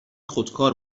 خودکار